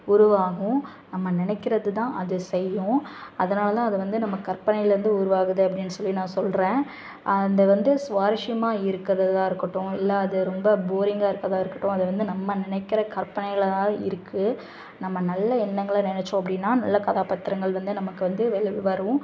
உருவாகும் நம்ம நினைக்கிறது தான் அது செய்யும் அதனால் தான் அது வந்து நம்ம கற்பனையிலருந்து உருவாகுது அப்படினு சொல்லி நான் சொல்கிறேன் அது வந்து சுவாரஸ்யமா இருக்கிறதா இருக்கட்டும் இல்லை அது ரொம்ப போரிங்காக இருக்கிறதா இருக்கட்டும் அதை வந்து நம்ம நினைக்கிற கற்பனையில தான் இருக்கும் நம்ம நல்ல எண்ணங்களை நினைச்சோம் அப்படின்னா நல்ல கதாபாத்திரங்கள் வந்து நமக்கு வந்து மேலருந்து வரும்